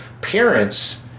parents